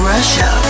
Russia